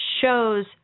shows